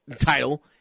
title